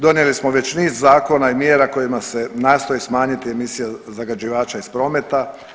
Donijeli smo već niz zakona i mjera kojima se nastoji smanjiti emisija zagađivača iz prometa.